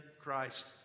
Christ